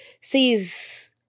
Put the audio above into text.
sees